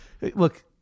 look